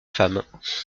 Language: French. femmes